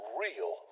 real